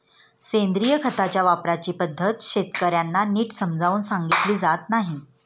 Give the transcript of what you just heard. सेंद्रिय खताच्या वापराची पद्धत शेतकर्यांना नीट समजावून सांगितली जात नाही